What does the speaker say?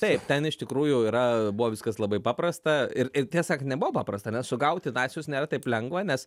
taip ten iš tikrųjų yra buvo viskas labai paprasta ir ir tiesą sakant nebuvo paprasta nes sugauti nacius nėra taip lengva nes